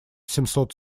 семьсот